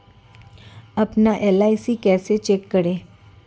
अपना एल.आई.सी कैसे चेक करें?